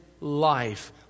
life